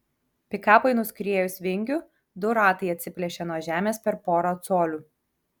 pikapui nuskriejus vingiu du ratai atsiplėšė nuo žemės per porą colių